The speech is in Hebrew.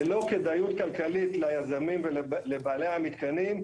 ללא כדאיות כלכלית ליזמים ולבעלי המתקנים,